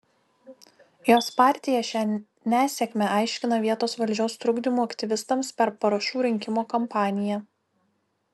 jos partija šią nesėkmę aiškina vietos valdžios trukdymu aktyvistams per parašų rinkimo kampaniją